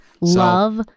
love